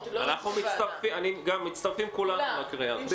כולנו מצטרפים לקריאה הזאת.